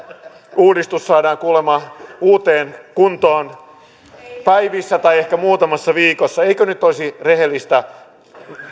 uudistus saadaan kuulemma uuteen kuntoon päivissä tai ehkä muutamassa viikossa eikö nyt olisi rehellistä